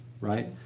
right